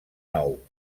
nou